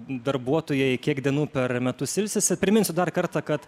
darbuotojai kiek dienų per metus ilsisi priminsiu dar kartą kad